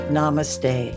Namaste